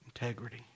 Integrity